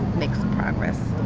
make some progress.